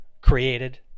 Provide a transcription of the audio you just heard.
created